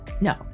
no